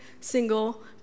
single